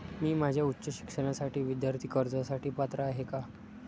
मी माझ्या उच्च शिक्षणासाठी विद्यार्थी कर्जासाठी पात्र आहे का?